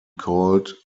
called